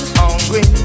hungry